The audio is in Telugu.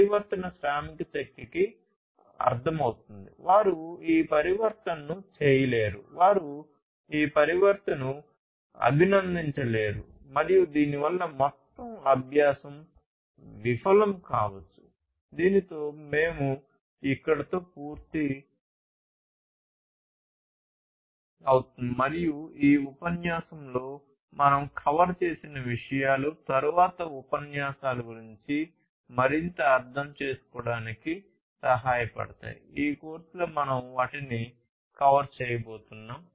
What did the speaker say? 1 దీనితో మేము ఇక్కడ తో పూర్తి అవుతుంది మరియు ఈ ఉపన్యాసంలో మనం కవర్ చేసిన విషయాలు తరువాతి ఉపన్యాసాల గురించి మరింత అర్థం చేసుకోవడానికి సహాయపడతాయి ఈ కోర్సులో మనం వాటిని కవర్ చేయబోతున్నాం